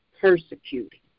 persecuted